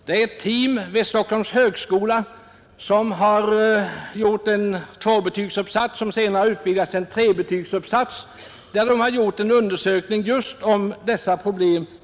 Det är ett team vid Stockholms universitet som gjort en tvåbetygsuppsats, som senare utvidgats till en trebetygsuppsats, om dessa problem.